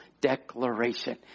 declaration